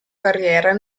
carriera